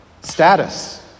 Status